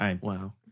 Wow